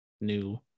new